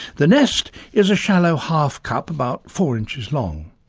the nest is a shallow half-cup about four inches long.